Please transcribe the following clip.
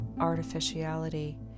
artificiality